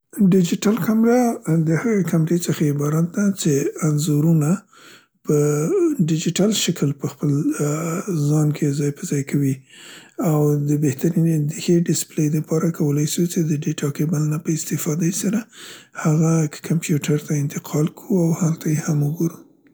ډیجیټل کمره د هغې کمرې څخه عبارت ده څې انځورونه په ډیجیټل شکل په خپل ،ا، ځان کې ځای په ځای کوي او د بهترنې، ښې دسیپلې د پاره کولای سو د دیټا کیبل په استفادې سره هغه که کمپیوټر ته انتقال کو او هلته یې هم وګورو.